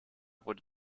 wurde